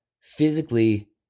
physically